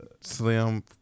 Slim